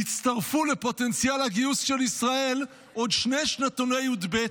הצטרפו לפוטנציאל הגיוס של ישראל עוד שני שנתוני י"ב.